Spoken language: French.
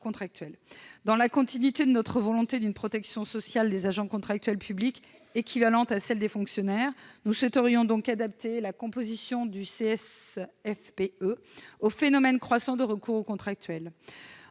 contractuels. Dans la continuité de notre volonté d'assurer une protection sociale des agents contractuels publics équivalente à celle des fonctionnaires, nous souhaiterions adapter la composition du CSFPE au phénomène croissant de recours aux contractuels.